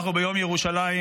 אנחנו ביום ירושלים,